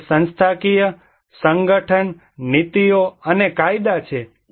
એક સંસ્થાકીય સંગઠન નીતિઓ અને કાયદા છે